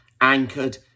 anchored